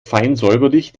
feinsäuberlich